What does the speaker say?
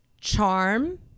charm